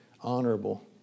honorable